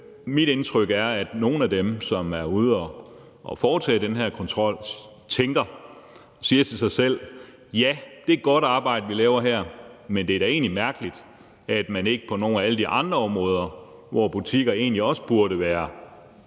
Mit indtryk er, at nogle af dem, som er ude at foretage den her kontrol, tænker og siger til sig selv: Ja, det er godt arbejde, vi laver her, men det er da egentlig mærkeligt, at man ikke kontrollerer på nogle af alle de andre områder, hvor butikkerne egentlig også burde være